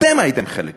אתם הייתם חלק מהם.